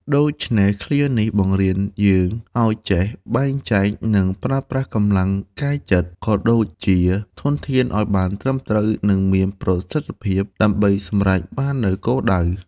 ដូច្នេះ ឃ្លានេះបង្រៀនយើងឱ្យចេះបែងចែក និងប្រើប្រាស់កម្លាំងកាយចិត្ត ក៏ដូចជាធនធានឱ្យបានត្រឹមត្រូវ និងមានប្រសិទ្ធភាព ដើម្បីសម្រេចបាននូវគោលដៅ។